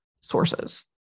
sources